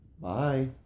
Bye